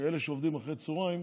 שאלה שעובדים אחרי הצוהריים